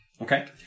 Okay